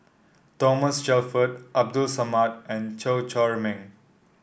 Thomas Shelford Abdul Samad and Chew Chor Ming